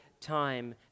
time